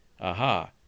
Aha